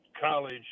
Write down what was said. college